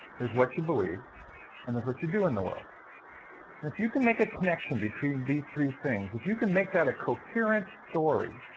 there's what you believe and there's what you do in the world, and if you can make a connection between these three things, if you can make that a coherent story,